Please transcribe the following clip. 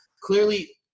Clearly